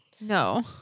No